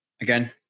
Again